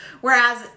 Whereas